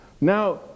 Now